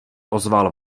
ozval